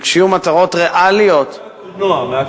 וכשיהיו מטרות ריאליות, אולי מהקולנוע, מהקולנוע.